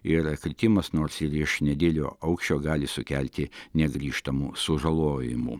ir kritimas nors virš nedidelio aukščio gali sukelti negrįžtamų sužalojimų